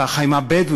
ככה עם הבדואים,